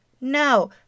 No